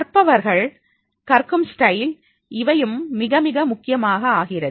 கற்பவர்கள் கற்கும் ஸ்டைல் இவையும் மிக மிக முக்கியமாக ஆகிறது